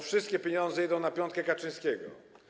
Wszystkie pieniądze idą na piątkę Kaczyńskiego.